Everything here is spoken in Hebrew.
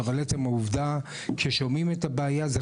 אבל עצם העובדה ששומעים את הבעיה,